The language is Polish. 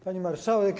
Pani Marszałek!